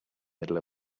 middle